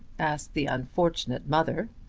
asked the unfortunate mother.